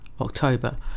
October